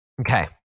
Okay